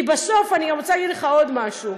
כי בסוף, אני רוצה להגיד לך עוד משהו,